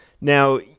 Now